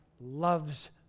loves